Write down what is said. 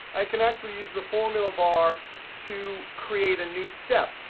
i can actually use the formula bar to create a new step.